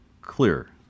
clear